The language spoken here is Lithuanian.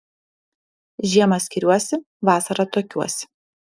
žiemą skiriuosi vasarą tuokiuosi